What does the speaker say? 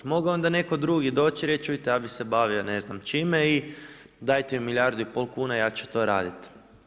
Mogao je onda netko drugi doći i reći, čujte ja bi se bavio ne znam čime i dajte mi milijardu i pol kuna i ja ću to raditi.